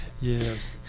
Yes